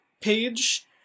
page